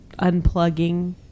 unplugging